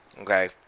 okay